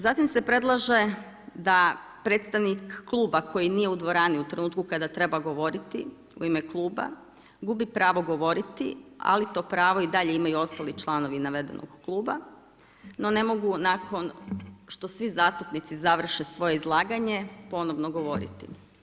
Zatim se predlaže da predstavnik kluba koji nije u dvorani u trenutku kada treba govoriti u ime kluba, gubi pravo govoriti, ali to pravo i dalje imaju ostali članovi navedenog kluba, no ne mogu nakon što svi zastupnici završe svoje izlaganje ponovo govoriti.